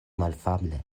malafable